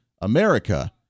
America